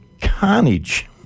carnage